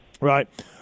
Right